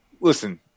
Listen